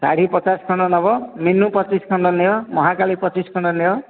ଶାଢ଼ୀ ପଚାଶ ଖଣ୍ଡ ନେବ ମିନୁ ପଚିଶ ଖଣ୍ଡ ନିଅ ମହାକାଳୀ ପଚିଶ ଖଣ୍ଡ ନିଅ